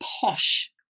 posh